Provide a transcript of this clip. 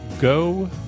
go